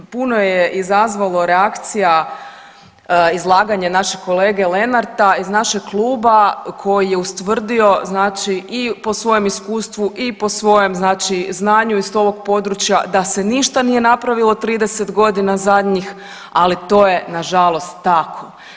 Puno je izazvalo reakcija izlaganje našeg kolege Lenarta iz našeg kluba koji je ustvrdio znači i po svojem iskustvu i po svojem znači znanju iz ovog područja da se ništa nije napravilo 30 godina zadnjih, ali to je nažalost tako.